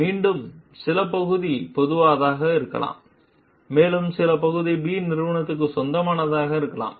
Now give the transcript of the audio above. மீண்டும் அதில் சில பகுதி பொதுவானதாக இருக்கலாம் மேலும் சில பகுதி B நிறுவனத்திற்கு சொந்தமானதாக இருக்கலாம்